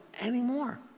anymore